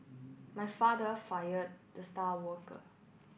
my father fired the star worker